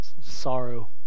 sorrow